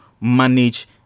manage